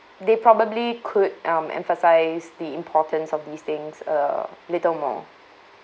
they probably could um emphasise the importance of these things a little more